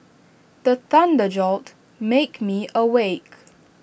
the thunder jolt make me awake